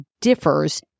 differs